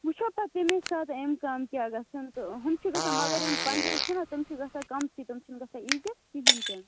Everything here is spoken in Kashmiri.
وُچھُو پتہٕ تمے ساتہٕ امہِ کم کیاہ گژھَن تہٕ ہُم چھِ گژھان مگر یِم پنٛجٲبۍ چھِنہ تِم چھِ گژھان کَمسٕے تِم چھِنہٕ گژھان ییٖتِس کہیٖنۍ تِنہٕ